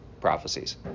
prophecies